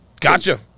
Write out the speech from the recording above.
Gotcha